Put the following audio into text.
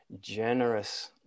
generous